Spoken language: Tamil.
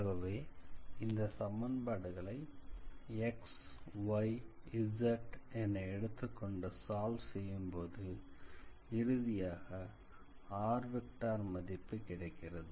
ஆகவே இந்த சமன்பாடுகளை xyz என எடுத்துக்கொண்டு சால்வ் செய்யும்போது இறுதியாக rமதிப்பு கிடைக்கிறது